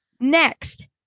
Next